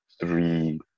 three